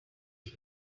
one